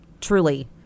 truly